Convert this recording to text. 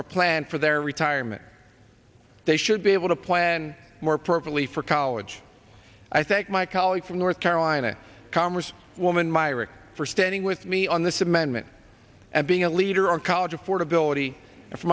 or plan for their retirement they should be able to plan more perfectly for college i thank my colleague from north carolina congress woman myrick for standing with me on this amendment and being a leader on college affordability